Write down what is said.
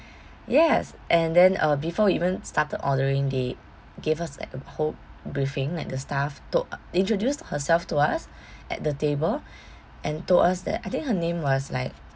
yes and then uh before we even started ordering they gave us like a whole briefing like the staff told introduced herself to us at the table and told us that I think her name was like